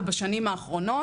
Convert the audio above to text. בשנים האחרונות,